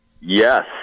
Yes